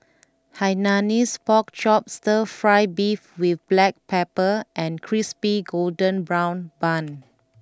Hainanese Pork Chop Stir Fry Beef with Black Pepper and Crispy Golden Brown Bun